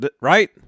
right